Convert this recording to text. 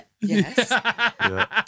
Yes